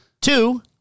two